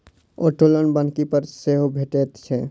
auto loan बन्हकी पर सेहो भेटैत छै